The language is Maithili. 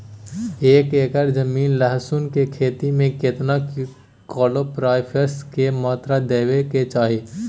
एक एकर जमीन लहसुन के खेती मे केतना कलोरोपाईरिफास के मात्रा देबै के चाही?